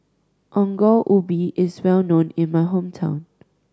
Ongol Ubi is well known in my hometown